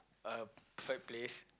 a perfect place